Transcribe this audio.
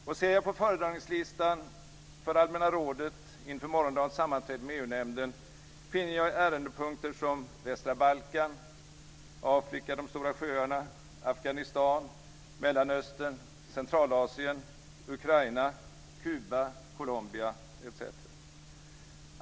Och ser jag på föredragningslistan för allmänna rådet inför morgondagens sammanträde med EU-nämnden, finner jag ärendepunkter som Västra Balkan, Afrika med de stora sjöarna, Afghanistan, Mellanöstern, Centralasien, Ukraina, Kuba, Colombia etc.